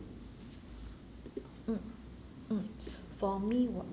mm mm for me what